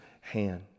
hand